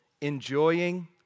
enjoying